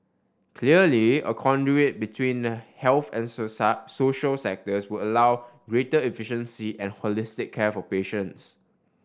clearly a conduit between the health and social sectors would allow greater efficiency and holistic care for patients